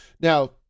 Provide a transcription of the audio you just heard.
now